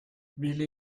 willi